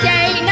Day